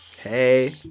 Hey